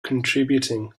contributing